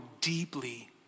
deeply